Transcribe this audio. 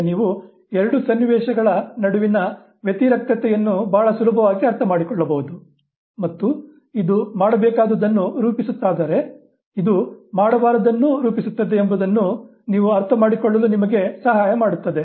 ಈಗ ನೀವು ಎರಡು ಸನ್ನಿವೇಶಗಳ ನಡುವಿನ ವ್ಯತಿರಿಕ್ತತೆಯನ್ನು ಬಹಳ ಸುಲಭವಾಗಿ ಅರ್ಥಮಾಡಿಕೊಳ್ಳಬಹುದು ಮತ್ತು ಇದು ಮಾಡಬೇಕಾದುದನ್ನು ರೂಪಿಸುತ್ತಾದರೆ ಇದು ಮಾಡಬಾರದ್ದನ್ನು ರೂಪಿಸುತ್ತದೆ ಎಂಬುದನ್ನು ನೀವು ಅರ್ಥಮಾಡಿಕೊಳ್ಳಲು ನಿಮಗೆ ಸಹಾಯ ಮಾಡುತ್ತದೆ